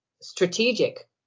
strategic